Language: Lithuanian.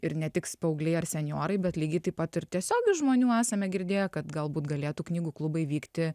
ir ne tiks paaugliai ar senjorai bet lygiai taip pat ir tiesiog žmonių esame girdėję kad galbūt galėtų knygų klubai vykti